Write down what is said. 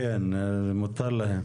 כן, מותר להם.